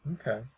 Okay